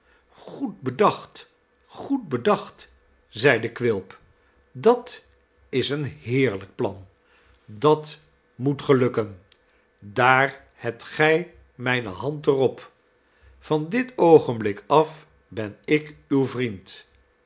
goed bedacht goed bedacht zeide quilp dat is een heerlijk plan dat moet gelukken daar hebt gij mijne hand er op van dit oogenblik af ben ik uw vriend